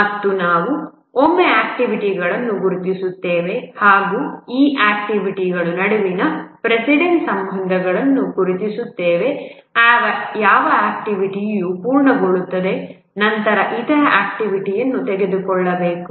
ಮತ್ತು ಒಮ್ಮೆ ನಾವು ಆಕ್ಟಿವಿಟಿಗಳನ್ನು ಗುರುತಿಸುತ್ತೇವೆ ಹಾಗು ಈ ಆಕ್ಟಿವಿಟಿಗಳು ನಡುವಿನ ಪ್ರೆಸಿಡೆನ್ಸ ಸಂಬಂಧಗಳನ್ನು ಗುರುತಿಸುತ್ತೇವೆ ಯಾವ ಆಕ್ಟಿವಿಟಿಯು ಪೂರ್ಣಗೊಳ್ಳುತ್ತದೆ ನಂತರ ಇತರ ಆಕ್ಟಿವಿಟಿಯನ್ನು ತೆಗೆದುಕೊಳ್ಳಬಹುದು